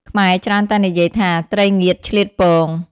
ខ្មែរច្រើនតែនិយាយថា "ត្រីងៀតឆ្លៀតពង"។